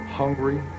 hungry